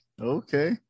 okay